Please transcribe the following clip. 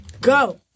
go